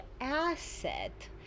asset